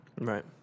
Right